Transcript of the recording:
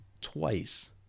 twice